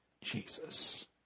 Jesus